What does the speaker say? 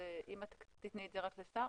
אם את תתני את זה רק לשר,